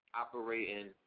operating